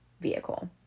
vehicle